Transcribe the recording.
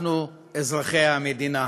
אנחנו אזרחי המדינה,